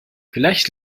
vielleicht